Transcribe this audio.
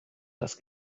das